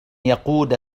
يقود